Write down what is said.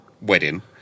wedding